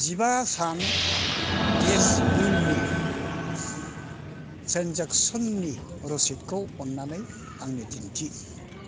जिबा सान गेस बिलनि ट्रेन्जेकसननि रसिदखौ अन्नानै आंनो दिन्थि